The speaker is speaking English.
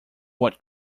what